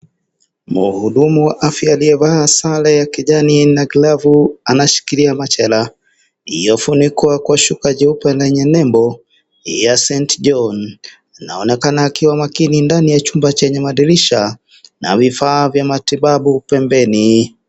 Mhudumu wa afya aliyevaa sare kijani na glovu anashilikia machela, yafunikwa kwa shuka nyeupe yenye nembo ya St. John, yaonekana akiwa makini ndani ya chumba chenye madirisha na vifaa vya matibabu pembeni.